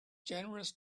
generous